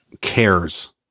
cares